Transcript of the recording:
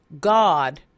God